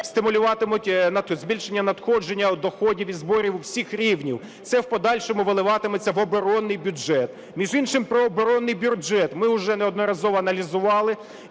стимулюватимуть збільшення надходження доходів і зборів всіх рівнів. Це в подальшому виливатиметься в оборонний бюджет. Між іншим, про оборонний бюджет. Ми уже неодноразово аналізували,